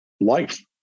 life